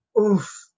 Oof